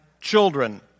children